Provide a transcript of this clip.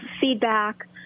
feedback